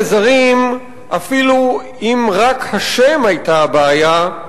אפילו אם רק השם היה הבעיה,